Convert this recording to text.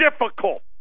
difficult